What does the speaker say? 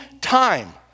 time